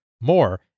More